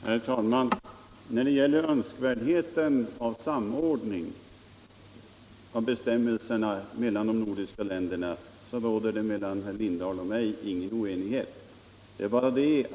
Herr talman! När det gäller önskvärdheten av samordning av bestämmelserna i de nordiska länderna råder det inte någon oenighet mellan herr Lindahl i Lidingö och mig.